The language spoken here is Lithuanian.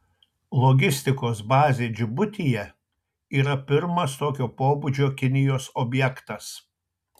logistikos bazė džibutyje yra pirmas tokio pobūdžio kinijos objektas